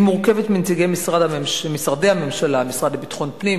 היא מורכבת מנציגי משרדי הממשלה: המשרד לביטחון פנים,